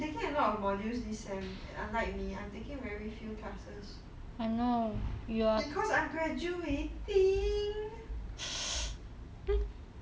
she taking a lot of modules this semester unlike me I'm taking very few classes because I'm graduating